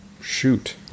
shoot